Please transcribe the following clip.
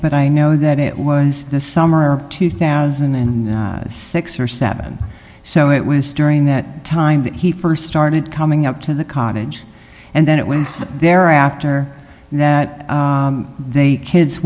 but i know that it was the summer of two thousand and six or seven so it was during that time that he st started coming up to the cottage and then it was thereafter that they kids